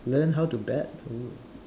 learn how to bet oo